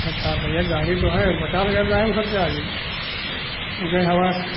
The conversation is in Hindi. अच्छा भैया गाड़ी तो है पचास हजार काहे में खर्चा आए जई